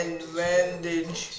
Advantage